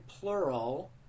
plural